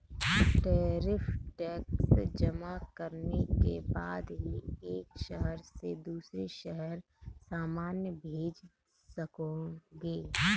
tariff tax जमा करने के बाद ही एक शहर से दूसरे शहर सामान भेज सकोगे